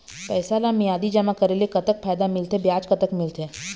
पैसा ला मियादी जमा करेले, कतक फायदा मिलथे, ब्याज कतक मिलथे?